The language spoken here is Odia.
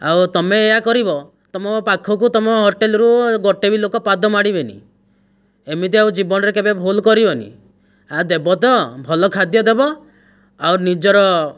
ଆଉ ତମେ ଏଇଆ କରିବ ତମ ପାଖକୁ ତମ ହୋଟେଲରୁ ଗୋଟେ ବି ଲୋକ ପାଦ ମାଡ଼ିବେନି ଏମିତି ଆଉ ଜୀବନରେ କେବେ ଭୁଲ କରିବନି ଆଉ ଦେବ ତ ଭଲ ଖାଦ୍ୟ ଦେବ ଆଉ ନିଜର